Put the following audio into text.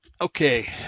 okay